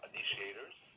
Initiators